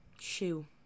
Shoe